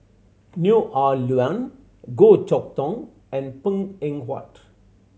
Neo Ah Luan Goh Chok Tong and Png Eng Huat